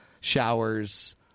showers